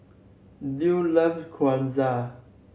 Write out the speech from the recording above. Duard loves Gyoza